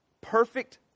perfect